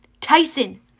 Tyson